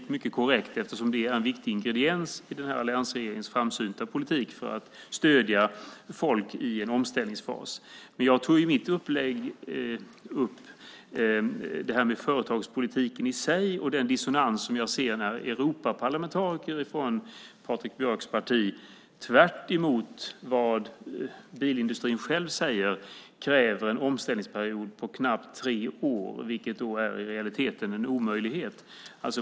Det är mycket korrekt, eftersom det är en viktig ingrediens i alliansregeringens framsynta politik för att stödja folk i en omställningsfas. Men jag tog i mitt inlägg upp det här med företagspolitiken i sig och den dissonans som jag ser när Europaparlamentariker från Patrik Björcks parti, tvärtemot vad bilindustrin själv säger, kräver en omställningsperiod på knappt tre år, vilket i realiteten är en omöjlighet.